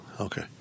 Okay